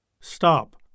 Stop